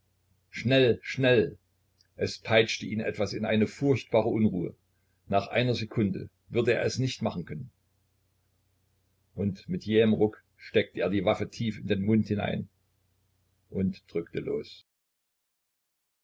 schnell schnell es peitschte ihn etwas in eine furchtbare unruhe nach einer sekunde würde er es nicht machen können und mit jähem ruck steckte er die waffe tief in den mund hinein und drückte los